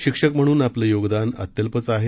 शिक्षक म्हणून आपलं योगदान अत्यल्पच आहे